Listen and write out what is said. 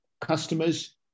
customers